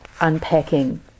unpacking